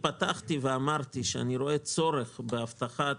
פתחתי ואמרתי שאני רואה צורך בהבטחת